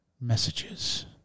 messages